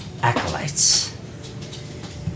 Acolytes